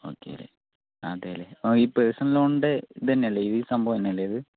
okay അതെലെ ഈ personal ലോൺൻ്റെ ഇത് തന്നെ അല്ലേ ഈ സംഭവം തന്നെ അല്ലേ ഇത്